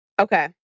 Okay